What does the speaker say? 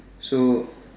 so